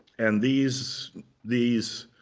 and these these